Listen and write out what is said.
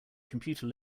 computer